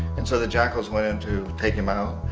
and so the jackals went in to take him out.